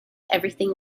everything